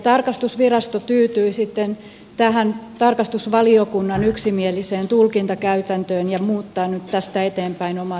tarkastusvirasto tyytyi sitten tähän tarkastusvaliokunnan yksimieliseen tulkintakäytäntöön ja muuttaa nyt tästä eteenpäin omaa tarkastuskäytäntöään